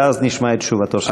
ואז נשמע את תשובתו של סגן השר.